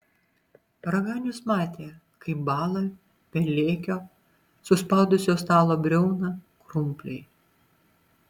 raganius matė kaip bąla pelėkio suspaudusio stalo briauną krumpliai